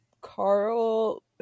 Carl